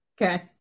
Okay